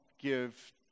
give